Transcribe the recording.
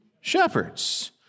shepherds